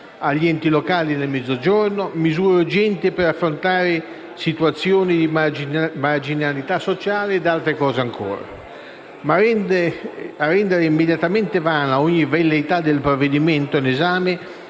agli enti locali nel Mezzogiorno; misure urgenti per affrontare situazioni di marginalità sociale ed altre misure ancora. Tuttavia, a rendere immediatamente vana ogni velleità del provvedimento in esame